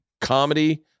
comedy